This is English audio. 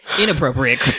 Inappropriate